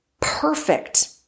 perfect